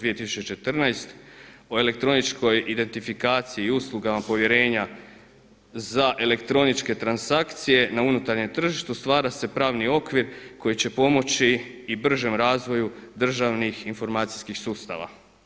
2014. o elektroničkoj identifikaciji u slugama povjerenja za elektroničke transakcije na unutarnjem tržištu stvara se pravni okvir koji će pomoći i bržem razvoju državnih informacijskih sustava.